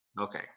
Okay